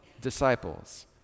disciples